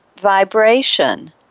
vibration